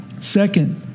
Second